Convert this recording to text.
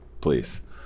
please